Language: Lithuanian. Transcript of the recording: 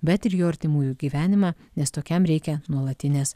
bet ir jo artimųjų gyvenimą nes tokiam reikia nuolatinės